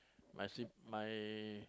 my sib~ my